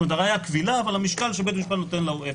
כלומר הראיה קבילה אבל המשקל שבית המשפט נותן לה הוא אפס.